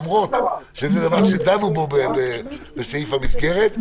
למרות שזה דבר שדנו בו בסעיף המסגרת.